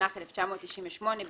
התשנ"ח-1998 (להלן,